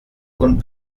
und